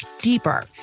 deeper